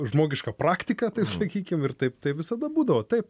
žmogiška praktika taip sakykim ir taip tai visada būdavo taip